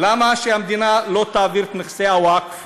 למה שהמדינה לא תעביר את נכסי הווקף